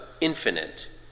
infinite